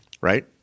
right